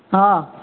હા